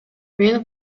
мен